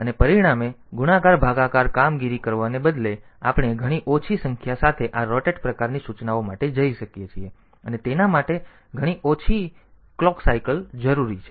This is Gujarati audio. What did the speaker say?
અને પરિણામે ખર્ચાળ ગુણાકાર ભાગાકાર કામગીરી કરવાને બદલે તેથી આપણે ઘણી ઓછી સંખ્યા સાથે આ રોટેટ પ્રકારની સૂચનાઓ માટે જઈ શકીએ છીએ અને તેના માટે ઘણી ઓછી ઘડિયાળ ચક્ર જરૂરી છે